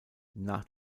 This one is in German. nach